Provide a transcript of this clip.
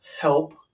help